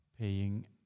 paying